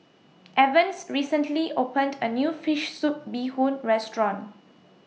Evans recently opened A New Fish Soup Bee Hoon Restaurant